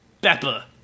Beppa